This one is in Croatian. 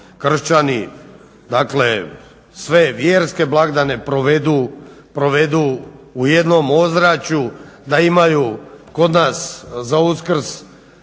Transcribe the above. kršćani, dakle sve vjerske blagdane provedu u jednom ozračju da imaju kod nas za Uskrs